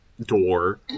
door